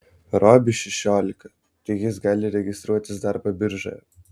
robiui šešiolika taigi jis gali registruotis darbo biržoje